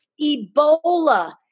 Ebola